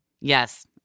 Yes